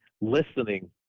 listening